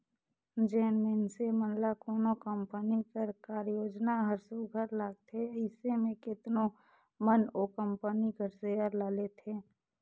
जेन मइनसे मन ल कोनो कंपनी कर कारयोजना हर सुग्घर लागथे अइसे में केतनो मन ओ कंपनी कर सेयर ल लेथे